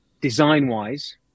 Design-wise